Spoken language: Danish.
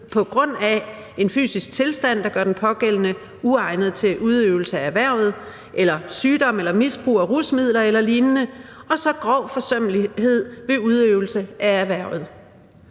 på grund af 1) en fysisk tilstand, der gør den pågældende uegnet til udøvelse af erhvervet, 2) sygdom eller misbrug af rusmidler el.lign., der midlertidigt eller varigt